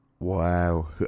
Wow